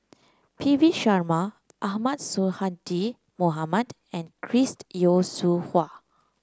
P V Sharma Ahmad Sonhadji Mohamad and Chris Yeo Siew Hua